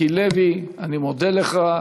אני מודה לך.